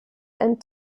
and